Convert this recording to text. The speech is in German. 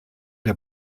der